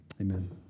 Amen